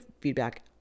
feedback